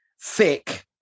thick